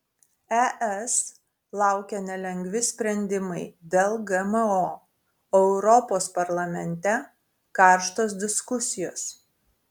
es laukia nelengvi sprendimai dėl gmo o europos parlamente karštos diskusijos